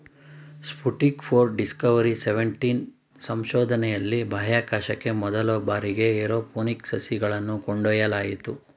Sputnik four, Discovery seventeen ಸಂಶೋಧನೆಯಲ್ಲಿ ಬಾಹ್ಯಾಕಾಶಕ್ಕೆ ಮೊದಲ ಬಾರಿಗೆ ಏರೋಪೋನಿಕ್ ಸಸಿಗಳನ್ನು ಕೊಂಡೊಯ್ಯಲಾಯಿತು